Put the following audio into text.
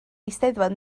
eisteddfod